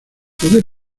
poder